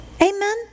Amen